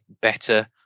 better